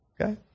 Okay